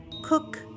cook